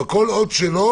אבל כל עוד שלא